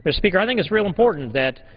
speaker, i think it's real important that